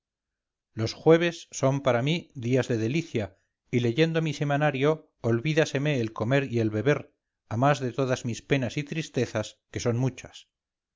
los jueves son para mí días de delicia y leyendo mi semanario olvídaseme el comer y el beber a más de todas mis penas y tristezas que son muchas